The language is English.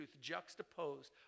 juxtaposed